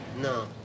no